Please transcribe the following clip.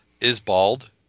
Isbald